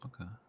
okay